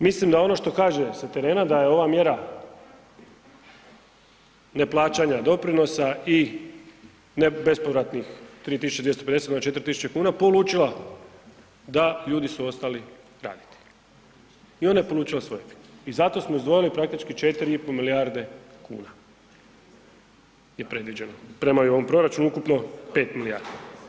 Mislim da ono što kaže sa terena da je ova mjera neplaćanja doprinosa i bespovratnih 3.250 na 4.000 kuna polučila da ljudi su ostali raditi i ona je polučila svoje efekte i zato smo izdvojili praktički 4,5 milijarde kuna je predviđeno, prema i ovom proračunu ukupno 5 milijardi.